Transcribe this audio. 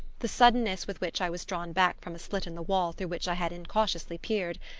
the suddenness with which i was drawn back from a slit in the wall through which i had incautiously peered,